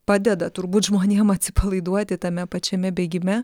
padeda turbūt žmonėm atsipalaiduoti tame pačiame bėgime